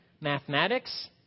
mathematics